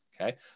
okay